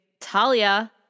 Talia